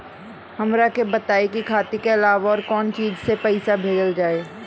हमरा के बताई की खाता के अलावा और कौन चीज से पइसा भेजल जाई?